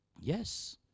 yes